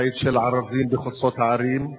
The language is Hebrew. ציד של ערבים בחוצות הערים,